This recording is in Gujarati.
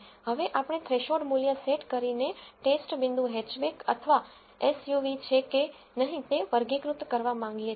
હવે આપણે થ્રેશોલ્ડ મૂલ્ય સેટ કરીને ટેસ્ટ બિંદુ હેચબેક અથવા એસયુવી છે કે નહીં તે વર્ગીકૃત કરવા માંગીએ છીએ